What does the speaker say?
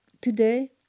Today